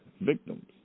victims